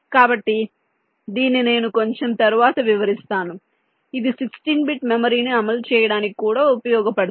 కాబట్టి దీన్ని నేను కొంచెం తరువాత వివరిస్తాను ఇది 16 బిట్ మెమరీని అమలు చేయడానికి కూడా ఉపయోగపడుతుంది